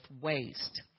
waste